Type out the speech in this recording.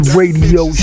radio